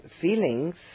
feelings